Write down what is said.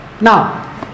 Now